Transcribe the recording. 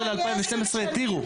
בין 2009 ל-2012 התירו.